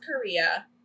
Korea